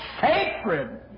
sacred